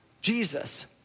Jesus